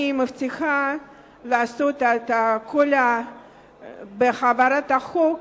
אני מבטיחה לעשות הכול בהעברת החוק,